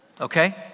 Okay